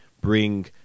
bring